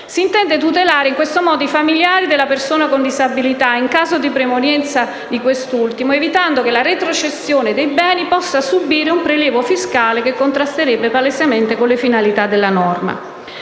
Si intende tutelare in questo modo i familiari della persona con disabilità in caso di premorienza di quest'ultimo, evitando che la retrocessione dei beni possa subire un prelievo fiscale che contrasterebbe palesemente con le finalità della norma.